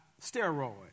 steroid